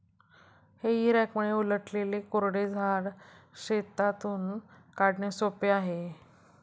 हेई रॅकमुळे उलटलेले कोरडे झाड शेतातून काढणे सोपे आहे